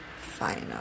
final